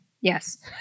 Yes